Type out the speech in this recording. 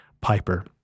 Piper